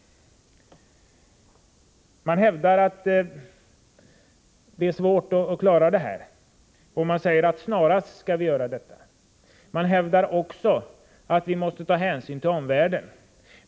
Man hävdar att det är svårt att lösa problemen men att man snarast skall göra det. Man hävdar också att vi måste ta hänsyn till omvärlden.